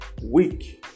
week